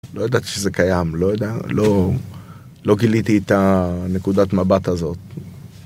לא ידעתי שזה קיים, לא גיליתי את הנקודת המבט הזאת.